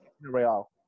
Real